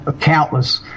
countless